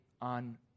on